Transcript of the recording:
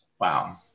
Wow